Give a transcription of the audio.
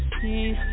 see